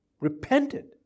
repented